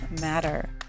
matter